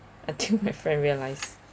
until my friend realize